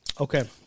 Okay